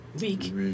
week